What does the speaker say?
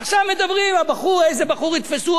עכשיו מדברים על איזה בחור יתפסו,